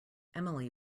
emily